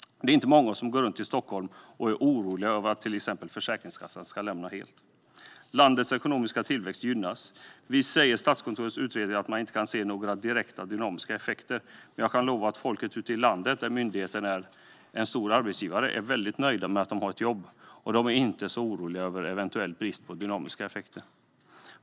Det är inte många i Stockholm som går runt och är oroliga över att till exempel Försäkringskassan ska lämna staden helt. Landets ekonomiska tillväxt gynnas också. Visst säger Statskontorets utredning att man inte kan se några direkta dynamiska effekter. Men jag kan lova att på platser ute i landet där myndigheten är en stor arbetsgivare är folket väldigt nöjda med att de har jobb, och de är inte särskilt oroliga över eventuell brist på dynamiska effekter.